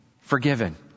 forgiven